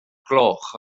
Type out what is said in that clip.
gloch